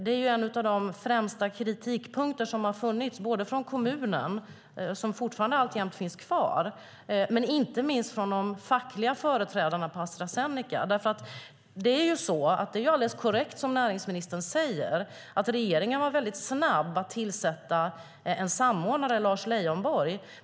Det är ju en av de främsta kritikpunkterna som har funnits och som alltjämt finns kvar, både från kommunen och inte minst från de fackliga företrädarna på Astra Zeneca. Det är alldeles korrekt som näringsministern säger att regeringen var väldigt snabb med att tillsätta en samordnare, Lars Leijonborg.